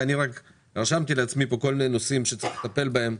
ואני רק רשמתי לעצמי פה כל מיני נושאים שצריך לטפל בהם.